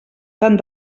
tant